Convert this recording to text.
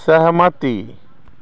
सहमति